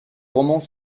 romans